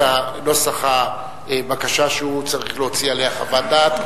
נוסח הבקשה שהוא צריך להוציא עליה חוות דעת,